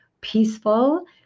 peaceful